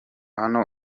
hano